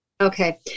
Okay